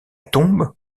tombe